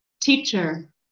teacher